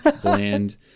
Bland